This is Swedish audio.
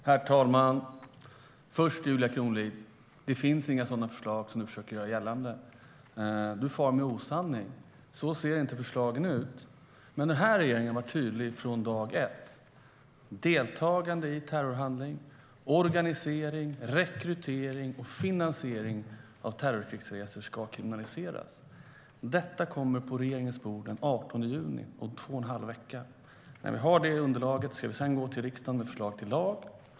Herr talman! Julia Kronlid! Det finns inga sådana förslag som du försöker göra gällande. Du far med osanning. Så ser inte förslagen ut. Men den här regeringen var tydlig från dag ett. Deltagande i terrorhandling och organisering av, rekrytering till och finansiering av terrorkrigsresor ska kriminaliseras. Detta kommer på regeringens bord den 18 juni, om två och en halv vecka. När vi har det underlaget ska vi gå till riksdagen med förslag till lag.